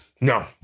no